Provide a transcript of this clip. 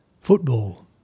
Football